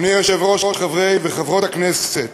אדוני היושב-ראש, חברי וחברות הכנסת,